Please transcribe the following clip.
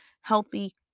healthy